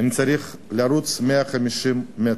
אני צריך לרוץ 150 מטר.